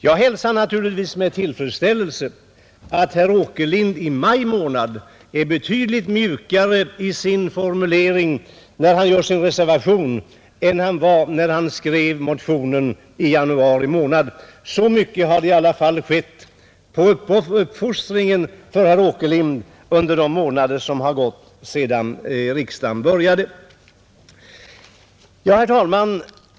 Jag hälsar naturligtvis med tillfredsställelse att herr Åkerlind i maj månad är betydligt mjukare i sin formulering när han gör sin reservation än han var när han skrev motionen i januari. Så mycket har i alla fall skett när det gäller uppfostringen av herr Åkerlind under de månader som förflutit sedan riksdagen började. Herr talman!